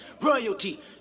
royalty